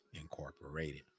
Incorporated